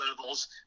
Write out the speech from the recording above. levels